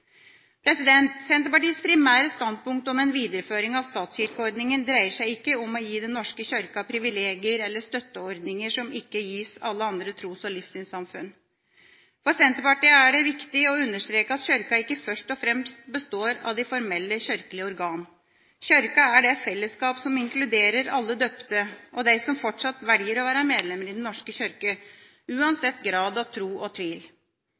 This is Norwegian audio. Senterpartiets primære standpunkt om en videreføring av statskirkeordninga dreier seg ikke om å gi Den norske kirke privilegier eller støtteordninger som ikke gis alle andre tros- og livssynssamfunn. For Senterpartiet er det viktig å understreke at Kirka ikke først og fremst består av de formelle kirkelige organene. Kirka er det fellesskap som inkluderer alle døpte, og de som fortsatt velger å være medlemmer i Den norske kirke, uansett grad av tro og tvil.